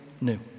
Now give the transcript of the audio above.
new